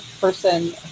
person